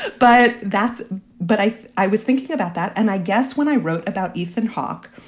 but that's but i i was thinking about that. and i guess when i wrote about ethan hawke,